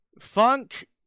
Funk